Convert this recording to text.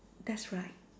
that's right